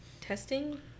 Testing